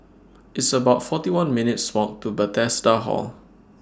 It's about forty one minutes' Walk to Bethesda Hall